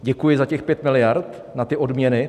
Děkuji za těch 5 miliard na ty odměny.